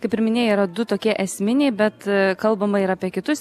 kaip ir minėjai yra du tokie esminiai bet kalbama ir apie kitus